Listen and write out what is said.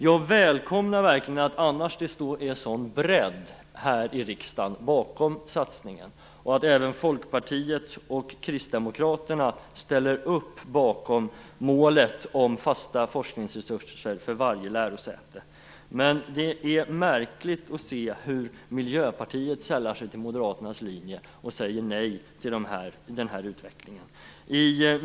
Jag välkomnar verkligen att det i övrigt är en sådan bredd här i riksdagen bakom denna satsning och att även Folkpartiet och Kristdemokraterna ansluter sig till målet om fasta forskningsresurser för varje lärosäte. Men det är märkligt att se hur Miljöpartiet sällar sig till Moderaternas linje och säger nej till den här utvecklingen.